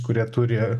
kurie turi